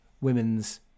women's